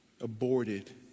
aborted